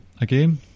Again